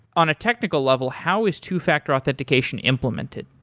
on a technical level, how is two-factor authentication implemented?